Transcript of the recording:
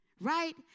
right